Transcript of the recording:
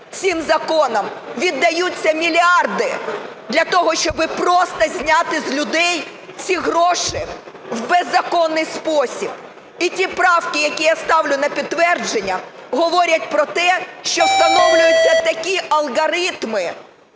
цим законом віддаються мільярди для того, щоб просто зняти з людей ці гроші в беззаконний спосіб. І ті правки, які я ставлю на підтвердження, говорять про те, що встановлюються такі алгоритми